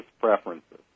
preferences